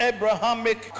Abrahamic